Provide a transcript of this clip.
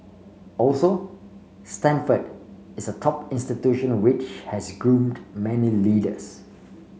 also Stanford is a top institution which has groomed many leaders